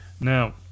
Now